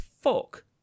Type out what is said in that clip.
fuck